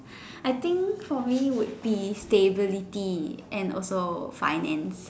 I think for me is stability and also finance